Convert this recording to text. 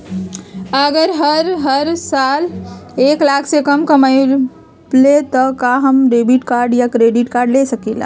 अगर हम हर साल एक लाख से कम कमावईले त का हम डेबिट कार्ड या क्रेडिट कार्ड ले सकीला?